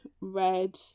red